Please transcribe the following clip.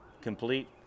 complete